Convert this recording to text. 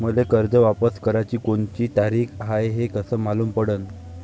मले कर्ज वापस कराची कोनची तारीख हाय हे कस मालूम पडनं?